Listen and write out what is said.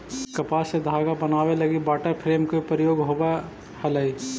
कपास से धागा बनावे लगी वाटर फ्रेम के प्रयोग होवऽ हलई